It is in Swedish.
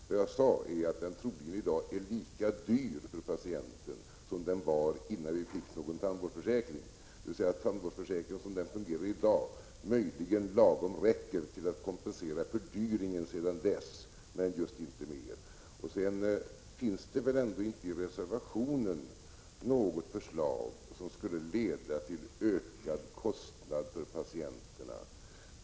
Vad jag sade var att den i dag troligen är lika dyr för patienten som den var innan vi fick försäkringen. Det betyder att tandvårdsförsäkringen, som den fungerar i dag, möjligen räcker precis till att kompensera fördyringen sedan försäkringen infördes, men just inte mer. Sedan finns väl ändå inte i reservationen något förslag som skulle leda till ökad kostnad för patienterna!